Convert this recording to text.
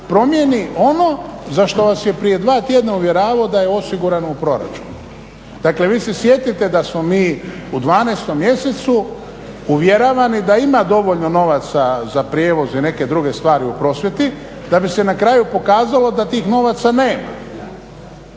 uredbama ono za što vas je prije dva tjedna uvjeravao da je osigurano u proračunu. Dakle vi se sjetite da smo mi u 12. mjesecu uvjeravani da ima dovoljno novaca za prijevoz i neke druge stvari u prosvjeti da bi se na kraju pokazalo da tih novaca nema